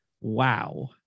wow